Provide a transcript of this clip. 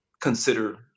consider